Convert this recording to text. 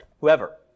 whoever